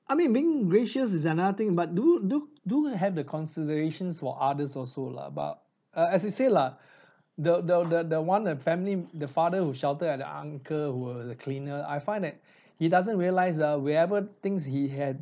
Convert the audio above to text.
I mean being gracious is another thing but do do do have the considerations for others also lah but uh as you said lah the the the the one that family the father who shouted at the uncle who were the cleaner I find that he doesn't realize ah wherever things he had